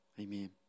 Amen